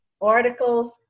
articles